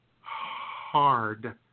Hard